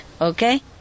okay